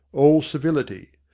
all civility.